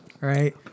Right